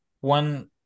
one